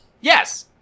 Yes